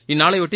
இந்நாளையொட்டி